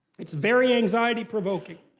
it's very anxiety-provoking.